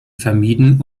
vermieden